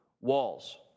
walls